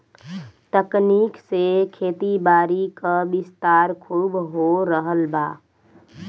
तकनीक से खेतीबारी क विस्तार खूब हो रहल बा